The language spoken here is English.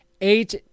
eight